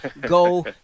go